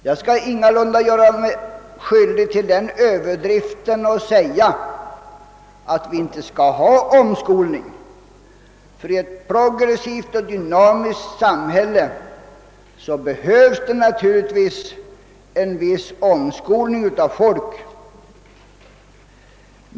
Jag skall ingalunda göra mig skyldig till den överdriften och säga att det inte skall förekomma någon omskolning. I ett progressivt och dynamiskt samhälle behövs naturligtvis en viss omskolning av folk.